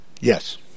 Yes